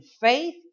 faith